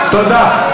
תודה.